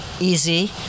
easy